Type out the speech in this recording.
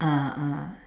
ah ah